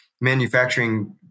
manufacturing